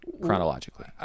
chronologically